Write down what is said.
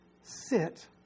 sit